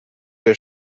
der